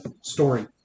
story